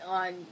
on